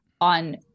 on